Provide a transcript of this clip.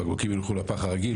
הבקבוקים ילכו לפח הרגיל.